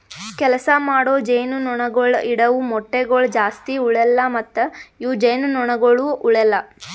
ಕೆಲಸ ಮಾಡೋ ಜೇನುನೊಣಗೊಳ್ ಇಡವು ಮೊಟ್ಟಗೊಳ್ ಜಾಸ್ತಿ ಉಳೆಲ್ಲ ಮತ್ತ ಇವು ಜೇನುನೊಣಗೊಳನು ಉಳೆಲ್ಲ